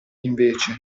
invece